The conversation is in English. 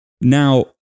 Now